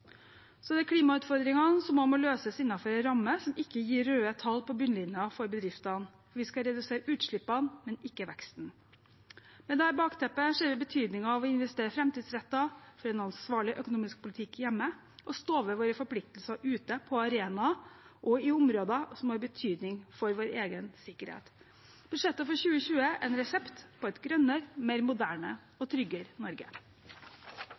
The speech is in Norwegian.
Så er det klimautfordringene, som må løses innenfor en ramme som ikke gir røde tall på bunnlinjen for bedriftene. Vi skal redusere utslippene, men ikke veksten. Med dette bakteppet ser vi betydningen av å investere framtidsrettet, føre en ansvarlig økonomisk politikk hjemme og stå ved våre forpliktelser ute på arenaer og i områder som har betydning for vår egen sikkerhet. Budsjettet for 2020 er en resept på et grønnere, mer moderne og tryggere Norge.